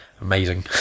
amazing